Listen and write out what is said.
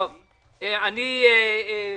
אגב,